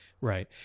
Right